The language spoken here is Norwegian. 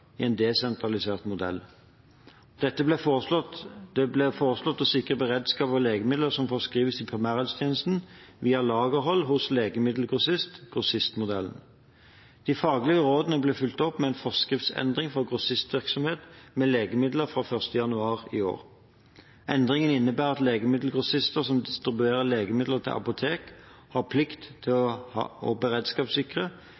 en desentralisert modell. Det ble foreslått å sikre beredskap av legemidler som forskrives i primærhelsetjenesten, via lagerhold hos legemiddelgrossist – grossistmodellen. De faglige rådene ble fulgt opp med en forskriftsendring for grossistvirksomhet med legemidler fra l. januar i år. Endringen innebærer at legemiddelgrossister som distribuerer legemidler til apotek, har plikt til